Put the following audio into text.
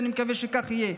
ואני מקווה שכך יהיה.